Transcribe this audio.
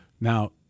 now